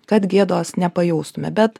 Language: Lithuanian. kad gėdos nepajaustume bet